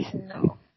No